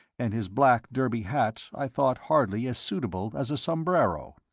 and his black derby hat i thought hardly as suitable as a sombrero.